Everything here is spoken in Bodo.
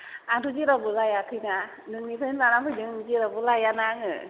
आंथ' जेरावबो लायाखैना नोंनिफ्रायनो लाना फैदों जेरावबो लाया ना आङो